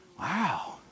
Wow